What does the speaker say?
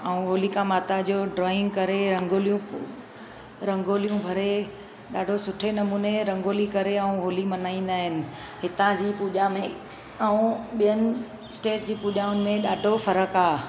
ऐं होलिका माता जो ड्रॉइंग करे रंगोलियूं रंगोलियूं भरे ॾाढो सुठे नमूने रंगोली करे ऐं होली मल्हाईंदा आहिनि हितां जी पूॼा में ऐं ॿियनि स्टेट जी पूॼाउनि में ॾाढो फ़र्क़ु आहे